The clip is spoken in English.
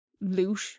loot